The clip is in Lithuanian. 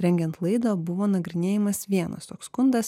rengiant laidą buvo nagrinėjamas vienas toks skundas